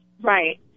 Right